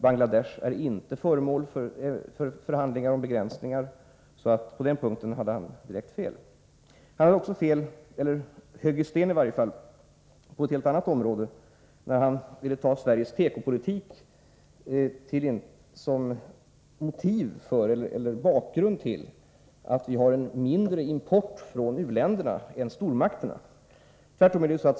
Bangladesh är inte heller föremål för förhandlingar om begränsningar. På den punkten hade Björn Molin alltså direkt fel. Björn Molin hade också fel - i varje fall högg han i sten — på ett helt annat område. Han ville anföra Sveriges tekopolitik som förklaring till att vi har en mindre import från u-länderna än vad stormakterna har.